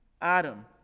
Adam